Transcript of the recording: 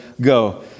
go